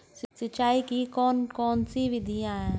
सिंचाई की कौन कौन सी विधियां हैं?